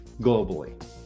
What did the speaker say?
globally